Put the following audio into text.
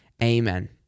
Amen